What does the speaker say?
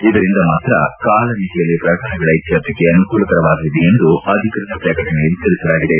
ಇದರಿಂದ ಮಾತ್ರ ಕಾಲಮಿತಿಯಲ್ಲಿ ಪ್ರಕರಣಗಳ ಇತ್ತರ್ಥಕ್ಕೆ ಅನುಕೂಲವಾಗಲಿದೆ ಎಂದು ಅಧಿಕೃತ ಪ್ರಕಟಣೆಯಲ್ಲಿ ತಿಳಿಸಲಾಗಿದೆ